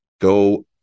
go